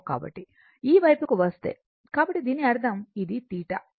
కాబట్టి ఈ వైపుకు వస్తే కాబట్టి దీని అర్థం ఇది θ